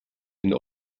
den